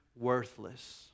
worthless